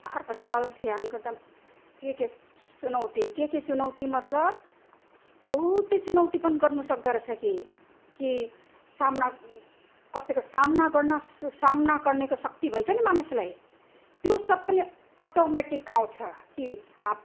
अर्को सवाल ध्यान गर्दा के के चुनौती के के चुनौती मतलब बहुतै चुनौती पनि गर्नु सक्दारैछ के कि सामना कसैको सामना गर्न सामना गर्नेको शक्ति भन्छ नि मानिसलाई त्यो सब नै अटोमेटिक आउँछ कि